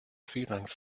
feelings